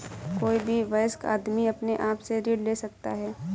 कोई भी वयस्क आदमी अपने आप से ऋण ले सकता है